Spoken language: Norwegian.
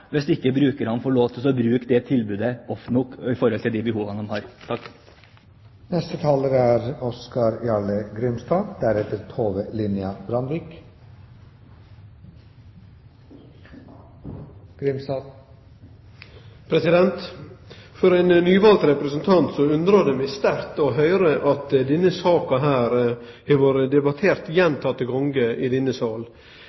hvis ikke brukerne får lov til å bruke tilbudet ofte nok i forhold til de behovene de har. Ein nyvald representant undrar seg svært over å høyre at denne saka har vore debattert